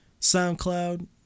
SoundCloud